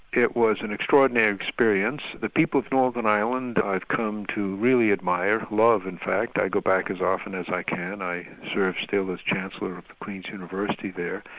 it was an extraordinary experience. the people of northern ireland i've come to really admire, love in fact. i go back as often as i can, i serve still as chancellor of queen's university there.